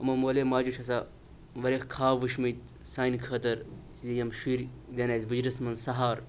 یِمو مٲلے ماجے چھُ آسان واریاہ خاب وٕچھمٕتۍ سانہِ خٲطٕر یِم شُرۍ دِن اَسہِ بٕجرَس منٛز سَہار